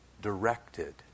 directed